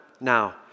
now